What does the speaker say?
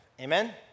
Amen